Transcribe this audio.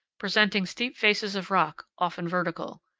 presenting steep faces of rock, often vertical.